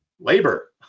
labor